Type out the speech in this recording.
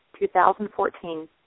2014